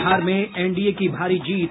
बिहार में एनडीए की भारी जीत